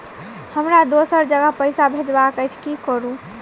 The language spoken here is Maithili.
हमरा दोसर जगह पैसा भेजबाक अछि की करू?